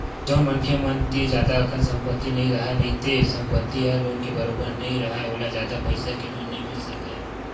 जउन मनखे मन तीर जादा अकन संपत्ति नइ राहय नइते संपत्ति ह लोन के बरोबर नइ राहय ओला जादा पइसा के लोन नइ मिल सकय